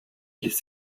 ließ